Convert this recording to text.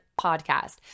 podcast